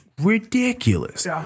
ridiculous